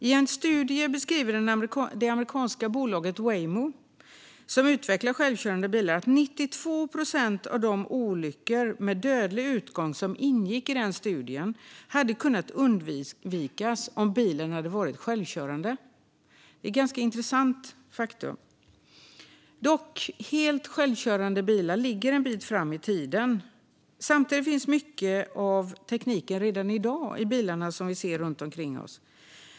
I en studie beskriver det amerikanska bolaget Waymo, som utvecklar självkörande bilar, att 92 procent av de olyckor med dödlig utgång som ingick i studien hade kunnat undvikas om bilen varit självkörande. Det är ett ganska intressant faktum. Helt självkörande bilar ligger dock en bit fram i tiden. Samtidigt finns mycket av tekniken redan i dag i bilarna vi ser runt omkring oss.